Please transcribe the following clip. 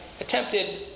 attempted